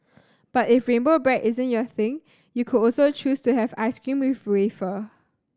but if rainbow bread isn't your thing you could also choose to have ice cream with wafer